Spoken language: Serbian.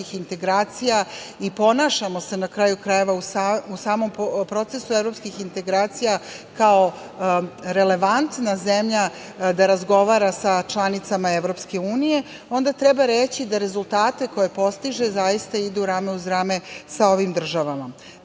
integracija i ponašamo se u samom procesu evropskih integracija kao relevantna zemlja da razgovara sa članicama EU, onda treba reći da rezultate koje postiže zaista idu rame uz rame sa ovim državama. Mislimo